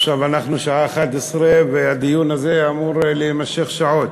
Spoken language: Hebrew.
עכשיו השעה 23:00, והדיון הזה אמור להימשך שעות.